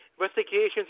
investigations